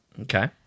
Okay